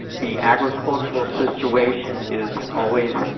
the agricultural situation is always